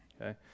okay